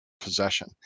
possession